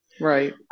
Right